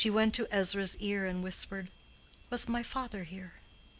she went to ezra's ear and whispered was my father here?